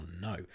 no